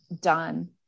done